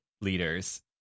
leaders